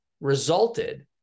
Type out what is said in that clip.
resulted